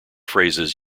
phrases